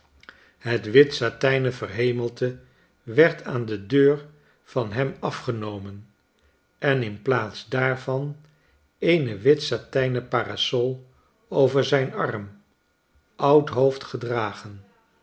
het wit satijnen verhemelte werd aan de deur van hem afgenomen en in plaats daarvan eene wit satijnen parasol over zijn arm oud hoofd gedragen